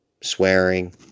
swearing